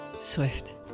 swift